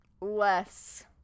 less